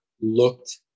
looked